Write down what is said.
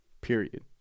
period